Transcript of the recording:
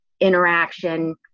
interaction